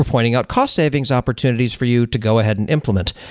pointing out cost savings opportunities for you to go ahead and implement,